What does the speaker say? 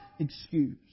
excuse